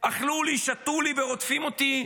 אכלו לי, שתו לי ורודפים אותי.